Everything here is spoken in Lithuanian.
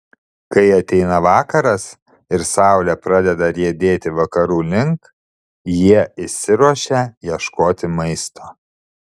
kai ateina vakaras ir saulė pradeda riedėti vakarų link jie išsiruošia ieškoti maisto